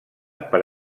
per